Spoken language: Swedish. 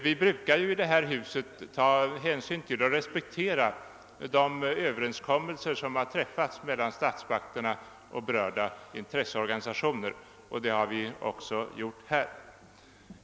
Vi brukar ju i detta hus ta hänsyn till och respektera de överenskommelser som träffats mellan statsmakterna och berörda intresseorganisationer, och det har vi också gjort i detta fall.